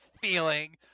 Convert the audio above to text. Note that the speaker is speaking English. feeling